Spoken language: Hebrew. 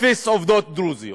אפס עובדות דרוזיות.